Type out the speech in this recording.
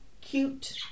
cute